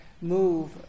move